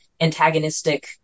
antagonistic